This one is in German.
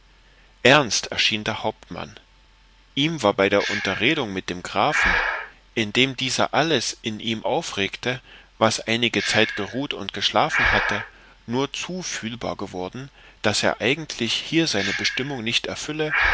ernst erschien der hauptmann ihm war bei der unterredung mit dem grafen indem dieser alles in ihm aufregte was einige zeit geruht und geschlafen hatte nur zu fühlbar geworden daß er eigentlich hier seine bestimmung nicht erfülle